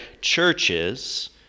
churches